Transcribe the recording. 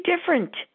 different